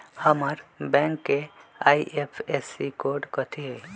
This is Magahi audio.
हमर बैंक के आई.एफ.एस.सी कोड कथि हई?